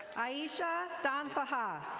iesha donfaha.